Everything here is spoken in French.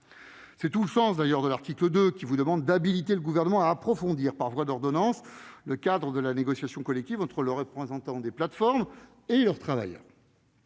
C'est tout le sens de l'article 2, qui vous demande d'habiliter le Gouvernement à approfondir, par voie d'ordonnance, le cadre de la négociation collective entre les représentants des plateformes et de leurs travailleurs.